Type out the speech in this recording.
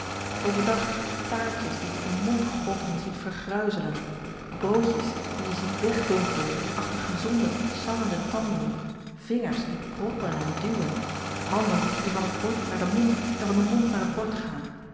overdag taartjes die je in mondgrotten ziet vergruizelen broodjes die je ziet wegdonkeren achter gezonde sarrende tanden vingers die proppen en duwen handen die van t bord naar den mond en van den mond naar het bord gaan